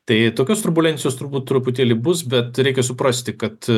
tai tokios turbulencijos turbūt truputėlį bus bet reikia suprasti kad